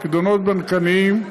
פיקדונות בנקאיים,